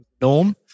norm